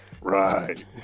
Right